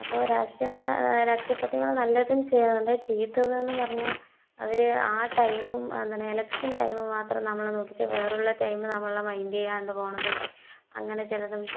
അപ്പോൾ രാഷ്ട്രീയം എന്നാൽ രാഷ്ടീയ പാര്ട്ടികള് നല്ലതും ചെയ്യുന്നുണ്ട് ചീത്തത് എന്ന് പറഞ്ഞാല് അവർ ആ ടൈമും അത് തന്നെ എലക്ഷന് ടൈം മാത്രം നമ്മളെ നോക്കിയിട്ട് വേറൊള്ള ടൈം നമ്മളെ മൈൻഡ് ചെയ്യാണ്ട് പോണതും അങ്ങനെ ചിലതും